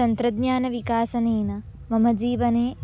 तन्त्रज्ञानविकासेन मम जीवने